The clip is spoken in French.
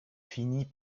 finit